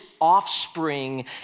offspring